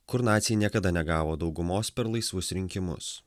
kur naciai niekada negavo daugumos per laisvus rinkimus